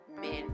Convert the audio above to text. men